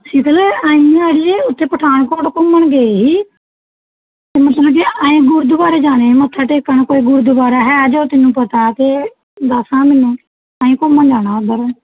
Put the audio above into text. ਸ਼ੀਤਲ ਅਸੀਂ ਨਾ ਅੜੀਏ ਉੱਥੇ ਪਠਾਨਕੋਟ ਘੁੰਮਣ ਗਏ ਹੀ ਐਂ ਗੁਰਦੁਆਰੇ ਜਾਣਾ ਹੈ ਮੱਥਾ ਟੇਕਣ ਕੋਈ ਗੁਰਦੁਆਰਾ ਹੈ ਜੋ ਤੈਨੂੰ ਪਤਾ ਕਿ ਦਸਾਂ ਮੈਨੂੰ ਅਸੀਂ ਘੁੰਮਣ ਜਾਣਾ ਉੱਧਰ